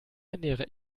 ernähre